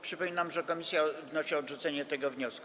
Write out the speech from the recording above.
Przypominam, że komisja wnosi o odrzucenie tego wniosku.